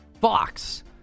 Fox